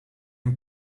een